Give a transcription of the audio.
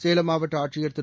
சேலம் மாவட்ட ஆட்சியர் திரு